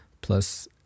plus